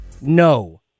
no